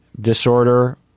disorder